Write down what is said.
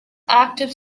active